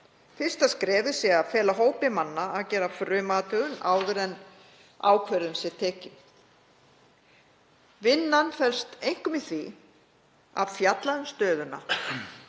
Fyrsta skrefið sé að fela hópi manna að gera frumathugun áður en ákvörðun sé tekin. Vinnan felist einkum í því að fjalla um stöðuna,